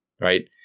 right